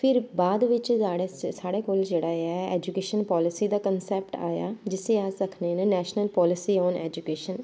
फिर बाद बिच्च साढ़े कोल जेह्ड़ा ऐ ऐजूकेशन पालसी दा कंसैप्ट आया जिस्सी अस आखने न नैश्नल पालसी आन ऐजूकेशन